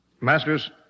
Masters